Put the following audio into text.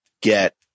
get